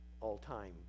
all-time